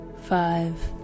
five